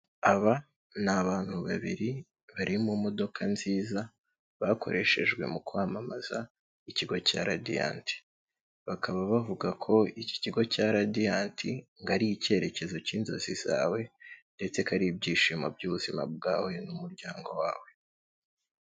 Aba ni abantu babiri bari mu modoka nziza, bakoreshejwe mu kwamamaza ikigo cya Radiyanti. Bakaba bavuga ko iki kigo cya Radiyanti ngo ari icyerekezo cy'inzozi zawe ndetse ko ari ibyishimo by'ubuzima bwawe n'umuryango wawe.